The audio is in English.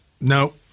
no